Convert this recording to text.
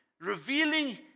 revealing